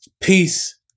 Peace